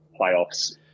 playoffs